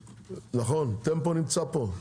נציג טמפו נמצא פה?